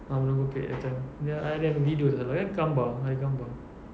ah belum kopek macam dia I ada videos ah ada gambar ada gambar